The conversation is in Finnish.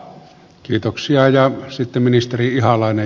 kiitoksia ja sitten ministeri ihalainen